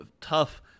tough